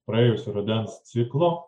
praėjusio rudens ciklo